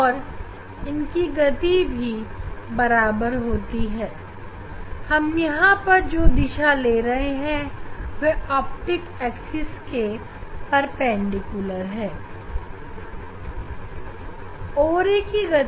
और इनकी गति भी बराबर होती है हम यहां पर जो दिशा ले रहे हैं वह ऑप्टिक एक्सिस के परपेंडिकुलर है